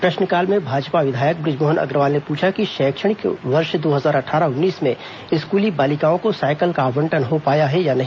प्रश्नकाल में भाजपा विधायक बृजमोहन अग्रवाल ने पूछा कि शैक्षणिक वर्ष दो हजार अट्ठारह उन्नीस में स्कली बालिकाओं को सायकल का आबंटन हो पाया है या नहीं